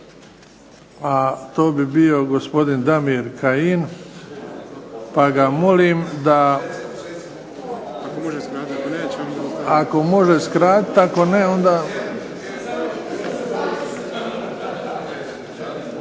A to bi bio gospodin Damir Kajin pa ga molim ako može skratiti, ako ne onda